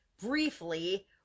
briefly